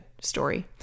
story